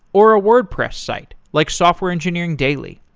or a wordpress site, like software engineering daily.